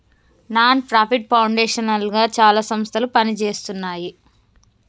non profit foundation లుగా చాలా సంస్థలు పనిజేస్తున్నాయి